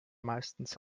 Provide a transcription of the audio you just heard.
meistens